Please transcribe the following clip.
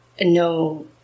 no